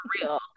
real